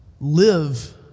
live